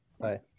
hi